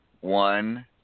one